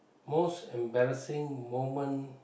most embarrassing moment